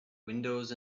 windows